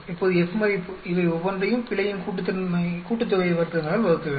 இப்போது F மதிப்பு இவை ஒவ்வொன்றையும் பிழையின் கூட்டுத்தொகை வர்க்கங்களால் வகுக்கவேண்டும்